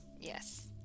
Yes